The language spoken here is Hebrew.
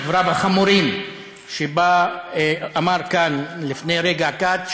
לדבריו החמורים שאמר כאן לפני רגע קט,